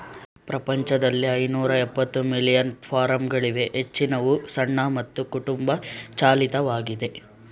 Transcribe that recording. ಪ್ರಪಂಚದಲ್ಲಿ ಐನೂರಎಪ್ಪತ್ತು ಮಿಲಿಯನ್ ಫಾರ್ಮ್ಗಳಿವೆ ಹೆಚ್ಚಿನವು ಸಣ್ಣ ಮತ್ತು ಕುಟುಂಬ ಚಾಲಿತವಾಗಿದೆ